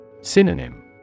Synonym